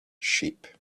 sheep